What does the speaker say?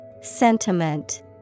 Sentiment